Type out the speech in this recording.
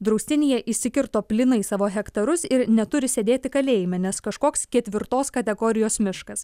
draustinyje įsikirto plynai savo hektarus ir neturi sėdėti kalėjime nes kažkoks ketvirtos kategorijos miškas